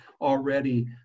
already